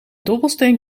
dobbelsteen